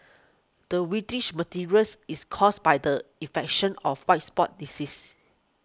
the whitish materials is caused by the infection of white spot disease